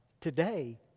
today